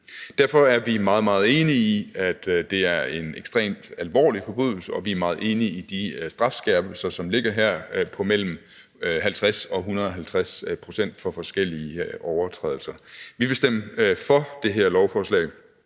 Derfor er vi meget, meget enige i, at det er en ekstremt alvorlig forbrydelse, og vi er meget enige i de strafskærpelser, som ligger her, på mellem 50 og 150 pct. for forskellige overtrædelser. Vi vil stemme for det her lovforslag.